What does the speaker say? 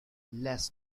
less